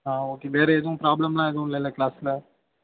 ஆ okay வேறு எதுவும் ப்ராப்ளம்லாம் எதுவும் இல்லைல க்ளாஸில்